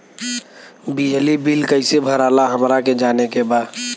बिजली बिल कईसे भराला हमरा के जाने के बा?